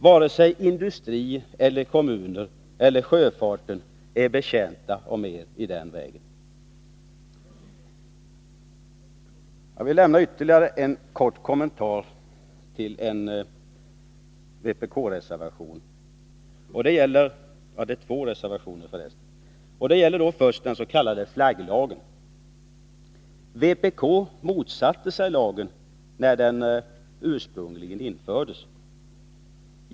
Varken industri, kommuner eller sjöfart är betjänta av mer i den vägen. Jag vill också kort kommentera två vpk-reservationer. Först gäller det den s.k. flagglagen. Vpk motsatte sig lagen när den ursprungligen infördes.